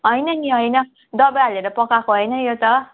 होइन नि होइन दबाई हालेर पकाएको होइन यो त